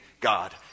God